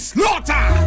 Slaughter